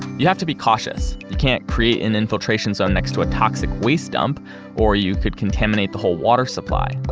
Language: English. you have to be cautious. you can't create an infiltration zone next to a toxic waste dump or you could contaminate the whole water supply,